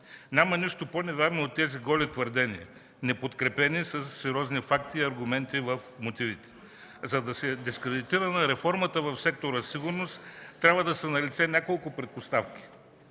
Няма нищо по-невярно от тези голи твърдения, неподкрепени със сериозни факти и аргументи в мотивите. За да се дискредитира реформата в сектора „Сигурност”, трябва да са налице няколко предпоставки.